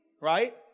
right